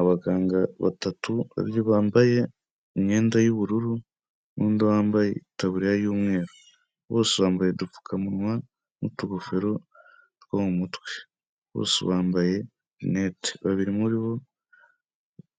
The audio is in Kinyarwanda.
Abaganga batatu babiri bambaye imyenda y'ubururu n'undi wambaye ikaburiya y'umweru. Bose bambaye udupfukamunwa n'utugofero two mu mutwe. Bose bambaye rinete. Babiri muri bo